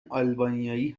آلبانیایی